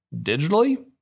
Digitally